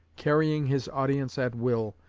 carrying his audience at will,